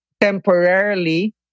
temporarily